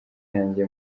yanjye